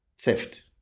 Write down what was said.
theft